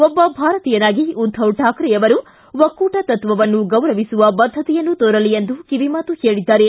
ಒಬ್ಬ ಭಾರತೀಯನಾಗಿ ಉದ್ಧವ್ ಕಾಕ್ರೆ ಅವರು ಒಕ್ಕೂಟ ತತ್ವವನ್ನು ಗೌರವಿಸುವ ಬದ್ದತೆಯನ್ನು ತೋರಲಿ ಎಂದು ಕಿವಿಮಾತು ಹೇಳಿದ್ದಾರೆ